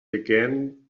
began